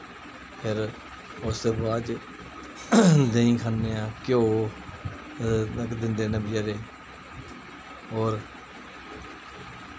फिर उस दे बाद च देहीं खन्ने आं घ्यो एह् दिंदे न बचैरे होर